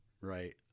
right